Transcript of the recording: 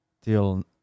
till